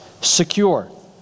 secure